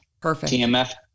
Perfect